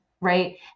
Right